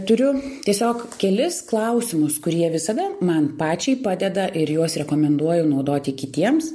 turiu tiesiog kelis klausimus kurie visada man pačiai padeda ir juos rekomenduoju naudoti kitiems